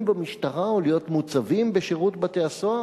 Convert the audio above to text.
במשטרה או להיות מוצבים בשירות בתי-הסוהר?